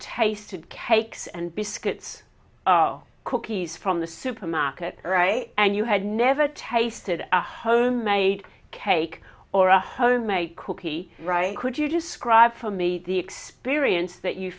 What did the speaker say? tasted cakes and biscuits cookies from the supermarket and you had never tasted a homemade cake or a homemade cookie right could you describe for me the experience that you